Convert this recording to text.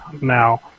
Now